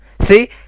See